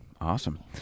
Awesome